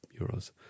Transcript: euros